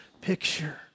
picture